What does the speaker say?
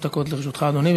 שלוש דקות לרשותך, אדוני.